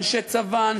אנשי צבא,